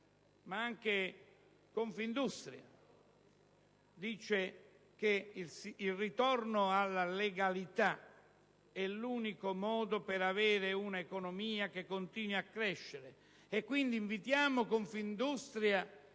Anche Confindustria ha ribadito che il ritorno alla legalità è l'unico modo per avere un'economia che continui a crescere; quindi, invitiamo Confindustria